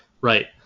Right